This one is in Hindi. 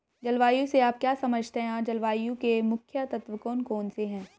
जलवायु से आप क्या समझते हैं जलवायु के मुख्य तत्व कौन कौन से हैं?